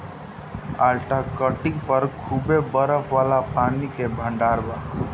Antarctic पर खूबे बरफ वाला पानी के भंडार बा